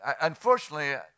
unfortunately